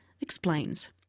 explains